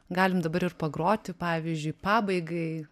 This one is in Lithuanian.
galim dabar ir pagroti pavyzdžiui pabaigai